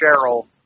Cheryl